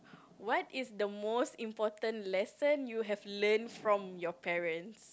what is the most important lesson you have learnt from your parents